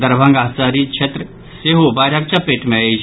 दरभंगा शहरी क्षेत्र सेहो बाढ़िक चपेट मे अछि